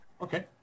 Okay